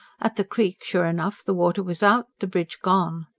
at the creek, sure enough, the water was out, the bridge gone.